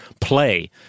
play